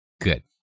Good